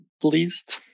pleased